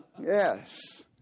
Yes